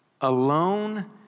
alone